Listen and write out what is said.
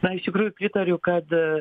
na iš tikrųjų pritariu kad